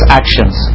actions